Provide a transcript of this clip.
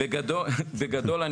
בגדול,